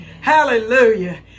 Hallelujah